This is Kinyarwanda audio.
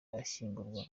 ashyingurwa